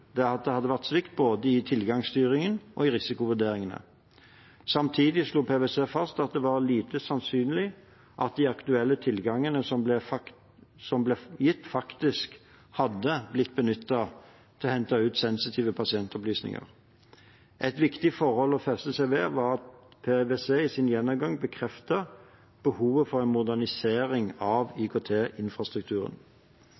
det hadde vært svikt både i tilgangsstyringen og i risikovurderingene. Samtidig slo PwC fast at det var lite sannsynlig at de aktuelle tilgangene som ble gitt, faktisk hadde blitt benyttet til å hente ut sensitive pasientopplysninger. Et viktig forhold å feste seg ved var at PwC i sin gjennomgang bekreftet behovet for en modernisering av